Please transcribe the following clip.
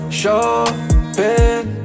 shopping